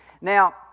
Now